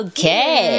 Okay